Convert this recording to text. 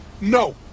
no